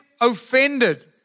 offended